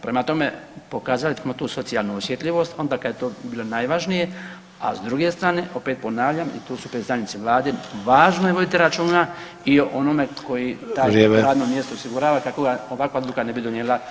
Prema tome, pokazali smo tu socijalnu osjetljivost onda kad je to bilo najvažnije, a s druge strane, opet ponavljam i tu su predstavnici vlade, važno je voditi računa i o onome [[Upadica: Vrijeme]] koji to radno mjesto osigurava kako ovakva odluka ne bi donijela…